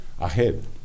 ahead